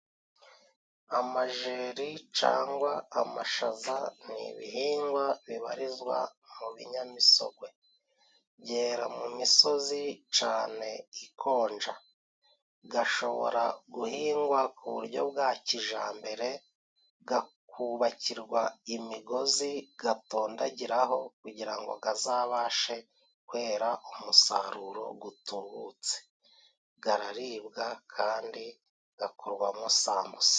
Amajeri cangwa amashaza ni ibihingwa bibarizwa mu binyamisogwe. Byera mu misozi cane ikonja. Gashobora guhingwa ku buryo bwa kijambere, gakubakirwa imigozi gatondagiraho kugira ngo gazabashe kwera umusaruro gwutubutse. Gararibwa kandi gakorwamo sambusa.